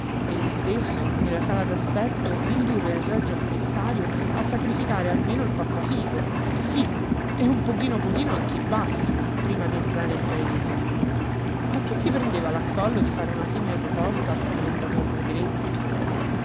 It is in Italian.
e lí stesso nella sala d'aspetto indurre il regio commissario a sacrificare almeno il pappafico sí e un pochino pochino anche i baffi prima d'entrare in paese ma chi si prendeva l'accollo di fare una simile proposta al commendator zegretti